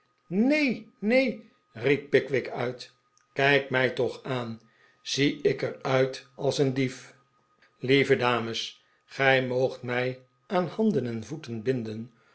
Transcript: neen neen riep pickwick uit kijk mij toch aan zie ik er uit als een dief lieve dames gij moogt mii aan handen en voeten binden